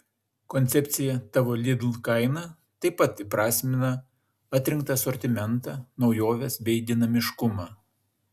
koncepcija tavo lidl kaina taip pat įprasmina atrinktą asortimentą naujoves bei dinamiškumą